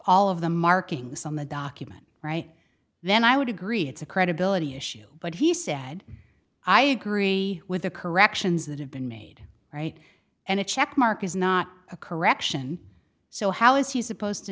all of the markings on the document right then i would agree it's a credibility issue but he said i agree with the corrections that have been made right and a check mark is not a correction so how is he supposed to